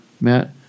matt